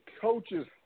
coaches